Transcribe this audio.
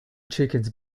chickens